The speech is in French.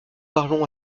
parlons